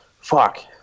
fuck